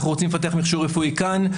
אנחנו רוצים לפתח מכשור רפואי כאן,